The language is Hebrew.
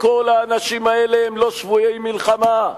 האנשים האלה הם לא שבויי מלחמה.